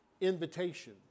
Invitation